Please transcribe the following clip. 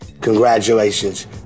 Congratulations